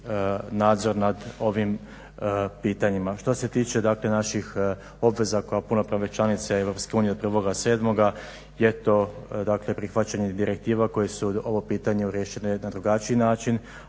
nadzor nad ovim pitanjima. Što se tiče, dakle naših obveza kao punopravne članice EU od 1.7. je to prihvaćanje direktiva koje su ovo pitanje riješile na drugačiji način,